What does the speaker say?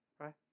right